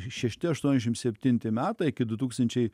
šešti aštuondešim septinti metai iki du tūkstančiai